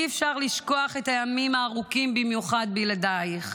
אי-אפשר לשכוח את הימים הארוכים במיוחד בלעדייך,